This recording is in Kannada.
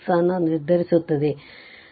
ಅನ್ನು ನಿರ್ಧರಿಸುತ್ತದೆ